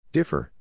Differ